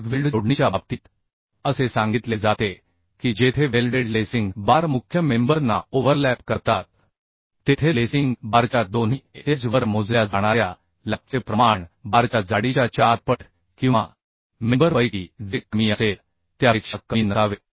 मग वेल्ड जोडणीच्या बाबतीत असे सांगितले जाते की जेथे वेल्डेड लेसिंग बार मुख्य मेंबर ना ओव्हरलॅप करतात तेथे लेसिंग बारच्या दोन्ही एज वर मोजल्या जाणाऱ्या लॅपचे प्रमाण बारच्या जाडीच्या 4 पट किंवा मेंबर पैकी जे कमी असेल त्यापेक्षा कमी नसावे